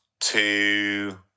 two